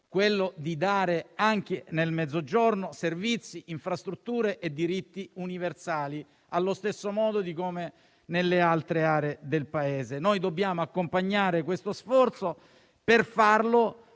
quello di offrire, anche nel Mezzogiorno, servizi, infrastrutture e diritti universali alla stessa stregua delle altre aree del Paese. Dobbiamo accompagnare questo sforzo e, per farlo,